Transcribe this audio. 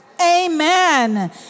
Amen